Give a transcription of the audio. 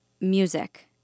music